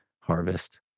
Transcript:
harvest